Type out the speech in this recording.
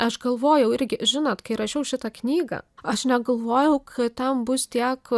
aš galvojau irgi žinot kai rašiau šitą knygą aš negalvojau kad ten bus tiek